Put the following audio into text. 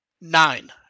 nine